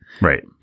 Right